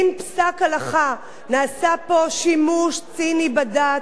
נעשה פה שימוש ציני בדת ובפסקי הלכה